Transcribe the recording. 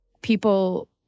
people